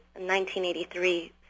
1983